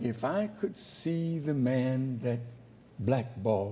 if i could see the man that black ball